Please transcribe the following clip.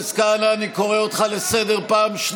השרה רגב, כל העם עכשיו במצוקה